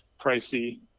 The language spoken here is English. pricey